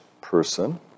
person